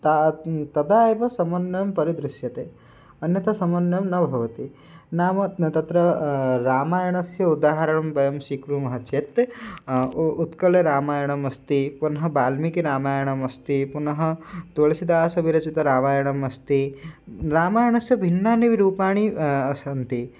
तदा तदा एव समन्वयं परिदृश्यते अन्यथा समन्वयं न भवति नाम न तत्र रामायणस्य उदाहरणं वयं स्वीकुर्मः चेत् उ उत्कलरामायणमस्ति पुनः वाल्मीकिरामायणमस्ति पुनः तुलसीदासविरचितं रामायणम् अस्ति रामायणस्य भिन्नानि रूपाणि सन्ति